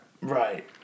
Right